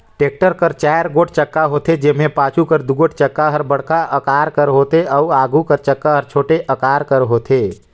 tractor कर चाएर गोट चक्का होथे, जेम्हा पाछू कर दुगोट चक्का हर बड़खा अकार कर होथे अउ आघु कर चक्का छोटे अकार कर होथे